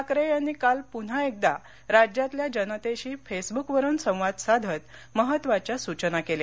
ठाकरे यांनी काल पुन्हा एकदा राज्यातल्या जनतेशी फेसबुकवरून संवाद साधत महत्त्वाच्या सूचना केल्या